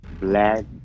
Black